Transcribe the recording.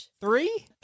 Three